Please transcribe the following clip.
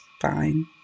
fine